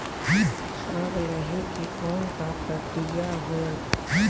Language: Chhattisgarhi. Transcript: ऋण लहे के कौन का प्रक्रिया होयल?